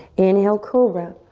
inhale, cobra.